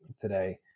today